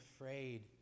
afraid